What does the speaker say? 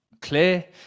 clear